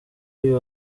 uyu